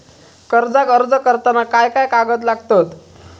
कर्जाक अर्ज करताना काय काय कागद लागतत?